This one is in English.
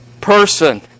person